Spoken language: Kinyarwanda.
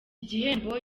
gihembo